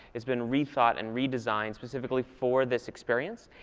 it's been rethought and redesigned specifically for this experience.